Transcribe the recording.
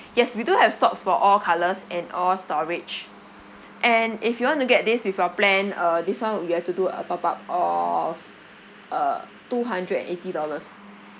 yes we do have stocks for all colours and all storage and if you want to get this with your plan uh this [one] you have to do a top up of uh two hundred and eighty dollars